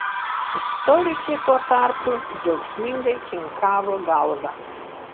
istorikė tuo tarpu džiaugsmingai kinkavo galva